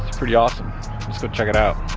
pretty awesome. let's go check it out.